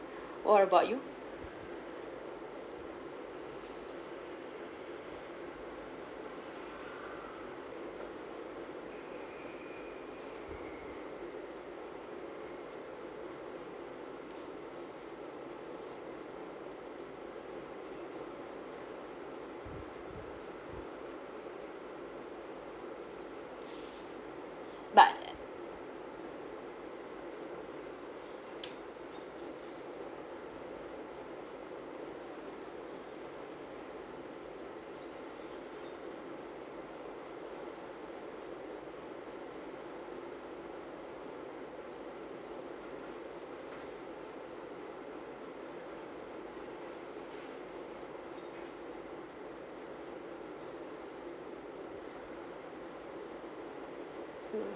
what about you but mm